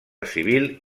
civil